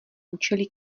účely